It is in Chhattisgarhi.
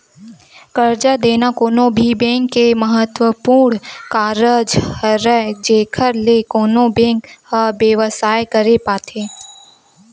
करजा देना कोनो भी बेंक के महत्वपूर्न कारज हरय जेखर ले कोनो बेंक ह बेवसाय करे पाथे